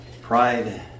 Pride